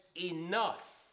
enough